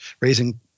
raising